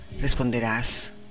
responderás